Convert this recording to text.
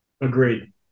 Agreed